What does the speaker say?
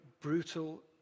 brutal